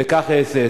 וכך אעשה.